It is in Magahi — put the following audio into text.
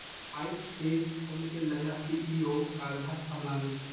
आइज स फोनपेर नया सी.ई.ओ कारभार संभला बे